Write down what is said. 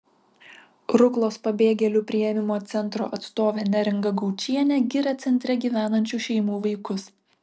ruklos pabėgėlių priėmimo centro atstovė neringa gaučienė giria centre gyvenančių šeimų vaikus